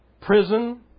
prison